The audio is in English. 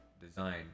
design